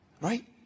right